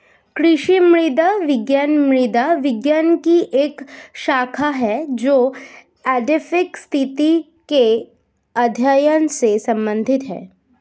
कृषि मृदा विज्ञान मृदा विज्ञान की एक शाखा है जो एडैफिक स्थिति के अध्ययन से संबंधित है